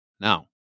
Now